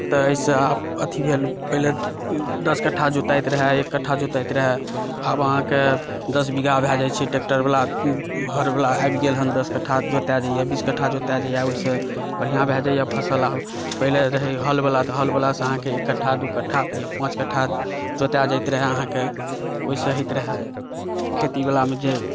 तऽ एहिसँ एथी भेल पहिले दश कट्ठा जोताति रहए एक कट्ठा जोताति रहए आब अहाँकेँ दश बीघा भए जाइ छै ट्रेक्टर वला हर वला आबि गेल हन दश कट्ठा जोता जाइया बीस कट्ठा जोता जाइया ओहिसऽ बढ़िऑं भए जाइया फसल आब पहिले रहै हर वला तऽ हर वला से अहाँकेँ कट्ठा दू कट्ठा या पाँच कट्ठा जोता जाइत रहै अहाँकेँ ओहिसँ होइत रहै खेती वलामे जे